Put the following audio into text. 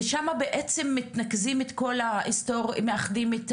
ושם בעצם מאחדים את